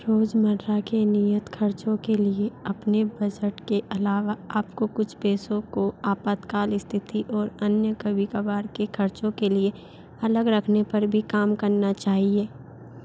रोज़मर्रा के नियत ख़र्चों के लिए अपने बजट के अलावा आपको कुछ पैसों को आपातकाल स्थिति और अन्य कभी कभार के ख़र्चों के लिए अलग रखने पर भी काम करना चाहिए